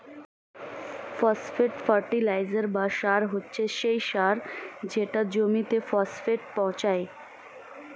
phosphate fertiliser বা সার হচ্ছে সেই সার যেটা জমিতে ফসফেট পৌঁছায়